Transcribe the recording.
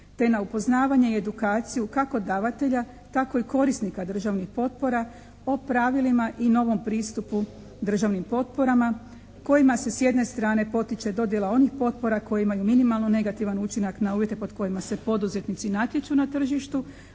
te na upoznavanje i edukaciju kako davatelja tako i korisnika državnih potpora o pravilima i novom pristupu državnim potporama, kojima se s jedne strane potiče dodjela onih potpora koje imaju minimalno negativan učinak na uvjete pod kojima se poduzetnici natječu na tržištu,